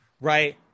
right